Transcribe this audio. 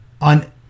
on